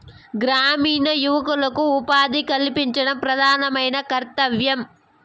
గ్రామీణ యువకులకు ఉపాధి కల్పించడం ప్రధానమైన కర్తవ్యం